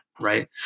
right